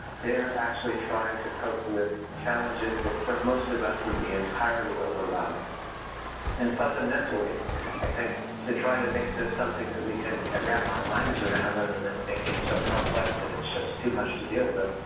they're actually trying to cope with challenges that for most of us would be entirely overwhelming and fundamentally i think to try to make this something that we can wrap our minds around rather than making it so complex that it's just too much to deal with,